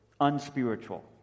unspiritual